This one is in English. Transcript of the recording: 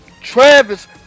Travis